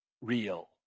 Real